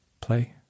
play